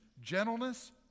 gentleness